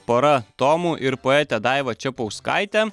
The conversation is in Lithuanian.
pora tomų ir poetė daiva čepauskaitė